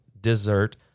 dessert